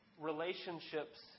relationships